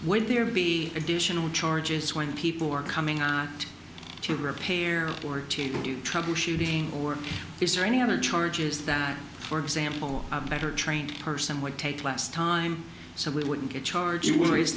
would there be additional charges when people are coming on to repair or to do troubleshooting or is there any other charges that for example a better trained person would take less time so it wouldn't charge you were is